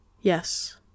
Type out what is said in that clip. Yes